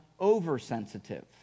oversensitive